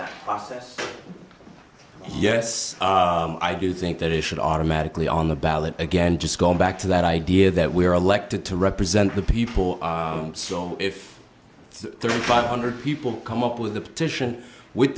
that process yes i do think that it should automatically on the ballot again just go back to that idea that we are elected to represent the people so if it's thirty five hundred people come up with a petition with